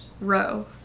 row